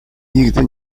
nigdy